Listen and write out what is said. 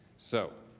so,